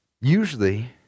Usually